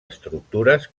estructures